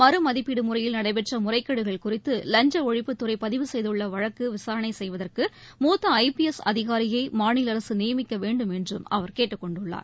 மறு மதிப்பீடுமுறையில் நடைபெற்றமுறைகேடுகள் குறித்துலஞ்சஒழிப்புத் துறைபதிவு செய்துள்ளவழக்கைவிசாரணைசெய்வதற்குமூத்த ஐ பி எஸ் அதிகாரியைமாநிலஅரசுநியமிக்கவேண்டும் என்றும் அவர் கேட்டுக் கொண்டுள்ளார்